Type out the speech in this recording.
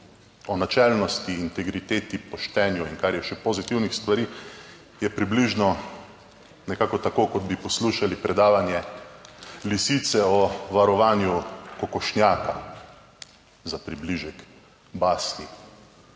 o načelnosti, integriteti, poštenju in kar je še pozitivnih stvari, je približno nekako tako, kot bi poslušali predavanje lisice o varovanju kokošnjaka za približek basni.